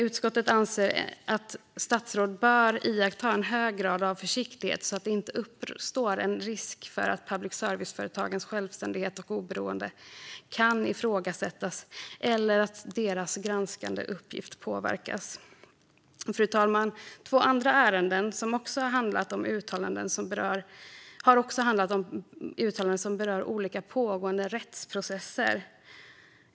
Utskottet anser att statsråd bör iaktta en hög grad av försiktighet, så att det inte uppstår en risk för att public service-företagens självständighet och oberoende kan ifrågasättas eller att deras granskande uppgift påverkas. Fru talman! Två andra ärenden har också handlat om uttalanden som berör olika pågående rättsprocesser.